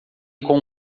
com